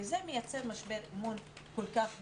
זה מייצר משבר אמון כל כך גדול,